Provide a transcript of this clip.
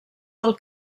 del